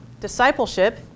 Discipleship